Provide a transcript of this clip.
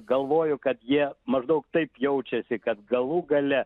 galvoju kad jie maždaug taip jaučiasi kad galų gale